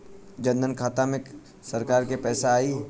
जनधन खाता मे सरकार से पैसा आई?